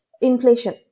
inflation